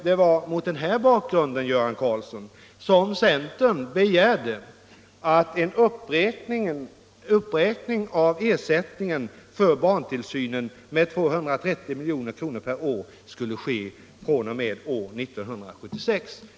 Det var mot denna bakgrund, herr Karlsson, som centern begärde att en uppräkning av ersättningen för barntillsynen med 230 milj.kr. per år skulle ske fr.o.m. år 1976.